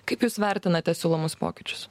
kaip jūs vertinate siūlomus pokyčius